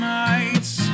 nights